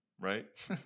right